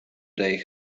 they